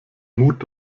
mut